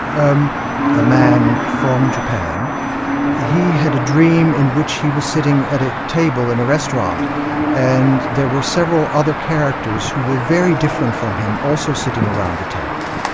um a man from japan he had a dream in which he was sitting at a table in a restaurant and there were several other characters who were very different from him also sitting around the table.